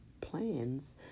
plans